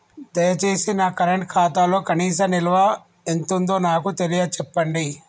దయచేసి నా కరెంట్ ఖాతాలో కనీస నిల్వ ఎంతుందో నాకు తెలియచెప్పండి